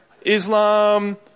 Islam